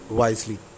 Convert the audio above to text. wisely